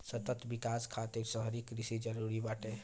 सतत विकास खातिर शहरी कृषि जरूरी बाटे